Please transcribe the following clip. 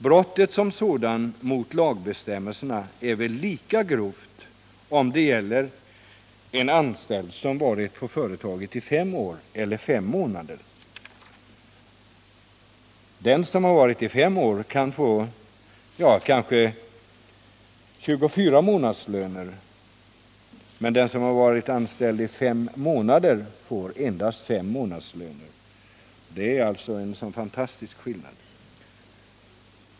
Brottet som sådant mot lagbestämmelserna är väl lika grovt om det gäller en anställd som varit på företaget fem år eller fem månader. Den som varit anställd i fem år kan få 24 månadslöner, men den som varit anställd i fem månader får endast fem månadslöner. Det är en fantastisk skillnad.